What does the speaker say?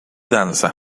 danza